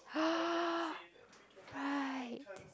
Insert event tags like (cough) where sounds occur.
(noise) right